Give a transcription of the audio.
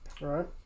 Right